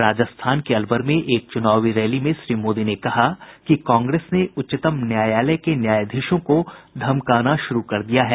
राजस्थान के अलवर में एक चूनावी रैली में श्री मोदी ने कहा कि कांग्रेस ने उच्चतम न्यायालय के न्यायाधीशों को धमकाना शुरू कर दिया है